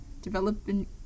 Developing